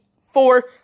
four